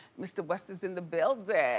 mr. west is in the building.